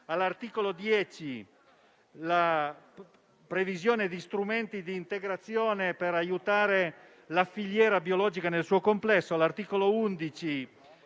All'articolo 10 vi è la previsione di strumenti di integrazione per aiutare la filiera biologica nel suo complesso.